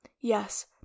Yes